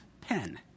pen